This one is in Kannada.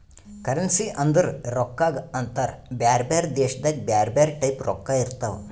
ಕರೆನ್ಸಿ ಅಂದುರ್ ರೊಕ್ಕಾಗ ಅಂತಾರ್ ಬ್ಯಾರೆ ಬ್ಯಾರೆ ದೇಶದಾಗ್ ಬ್ಯಾರೆ ಬ್ಯಾರೆ ಟೈಪ್ ರೊಕ್ಕಾ ಇರ್ತಾವ್